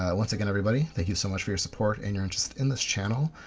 um once again everybody, thank you so much for your support and your interest in this channel